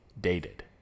dated